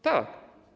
Tak.